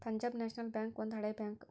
ಪಂಜಾಬ್ ನ್ಯಾಷನಲ್ ಬ್ಯಾಂಕ್ ಒಂದು ಹಳೆ ಬ್ಯಾಂಕ್